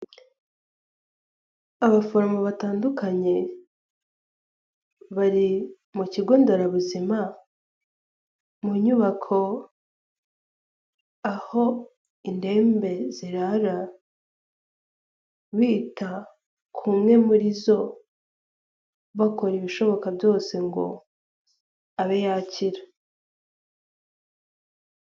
Abaforomo batandukanye bari mu kigo nderabuzima mu nyubako aho indembe zirara, bita ku imwe muri zo, bakora ibishoboka byose ngo abe yakira.